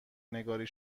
نگاری